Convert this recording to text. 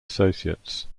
associates